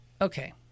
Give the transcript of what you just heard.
okay